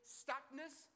stuckness